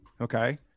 Okay